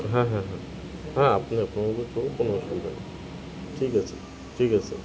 হ্যাঁ হ্যাঁ হ্যাঁ হ্যাঁ আপনি এখনো তবও কোনো অসুবিধা নেই ঠিক আছে ঠিক আছে